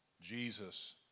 Jesus